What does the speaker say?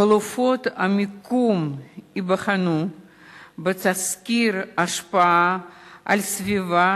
חלופות המיקום ייבחנו בסקרי השפעה על הסביבה,